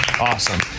awesome